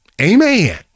amen